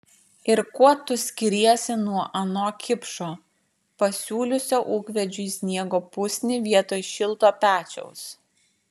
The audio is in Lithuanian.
ir kuo tu skiriesi nuo ano kipšo pasiūliusio ūkvedžiui sniego pusnį vietoj šilto pečiaus